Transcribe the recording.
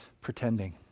pretending